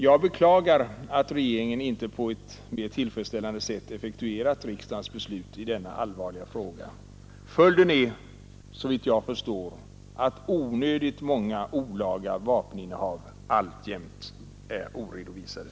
Jag beklagar att regeringen inte på ett mer tillfredsställande sätt effektuerat riksdagens beslut i denna allvarliga fråga. Följden är, såvitt jag förstår, att onödigt många olaga vapeninnehav alltjämt är oredovisade.